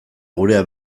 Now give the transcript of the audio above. gurea